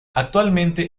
actualmente